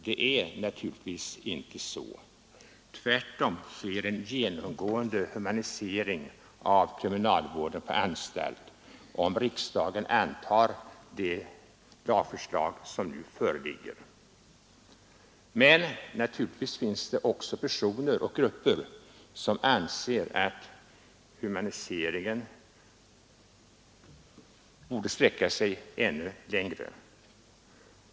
Det är inte så — tvärtom sker en genomgående humanisering av kriminalvården på anstalt, om riksdagen antar det lagförslag som nu föreligger. Men naturligtvis finns det personer och grupper som anser att humaniseringen borde sträcka sig ännu längre.